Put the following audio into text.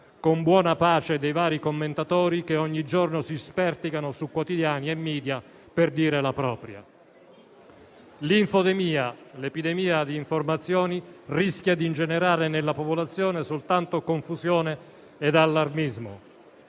con buona pace dei vari commentatori che ogni giorno si sperticano su quotidiani e *media* per dire la propria. L'infodemia, ossia l'epidemia di informazioni, rischia di ingenerare nella popolazione soltanto confusione ed allarmismo,